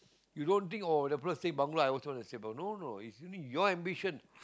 you don't think oh the fellow say bangla I also wanna say ah no no it's your ambition